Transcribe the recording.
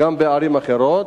גם בערים אחרות?